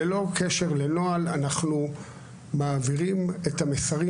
ללא קשר לנוהל אנחנו מעבירים את המסרים.